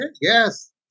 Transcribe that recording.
yes